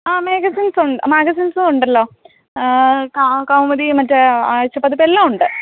ആ മാഗസിൻസ് ഉണ്ട് മാഗസിൻസും ഉണ്ടല്ലോ കൗമുദി മറ്റേ ആഴ്ചപതിപ്പ് എല്ലാം ഉണ്ട്